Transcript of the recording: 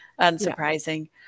unsurprising